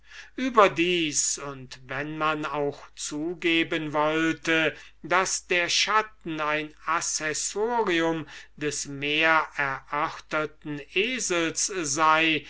überdies und wenn man auch zugeben wollte daß der schatten ein accessorium des mehr eröfterten esels sei